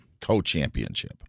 co-championship